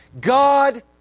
God